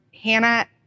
Hannah